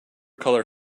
color